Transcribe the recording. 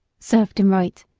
served him right,